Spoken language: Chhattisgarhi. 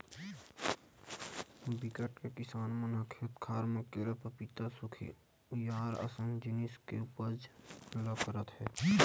बिकट के किसान मन खेत खार म केरा, पपिता, खुसियार असन जिनिस के उपज ल करत हे